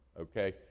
Okay